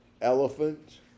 elephant